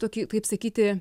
tokį kaip sakyti